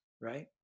right